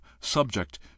subject